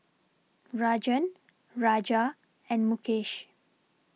Rajan Raja and Mukesh